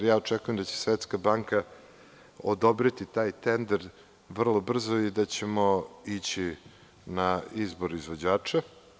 Ja očekujem da će Svetska banka odobriti taj tender vrlo brzo i da ćemo ići na izbor izvođača.